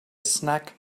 snack